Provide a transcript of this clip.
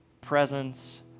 presence